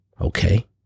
Okay